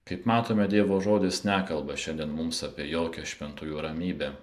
kaip matome dievo žodis nekalba šiandien mums apie jokią šventųjų ramybę